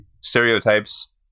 stereotypes